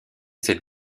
cette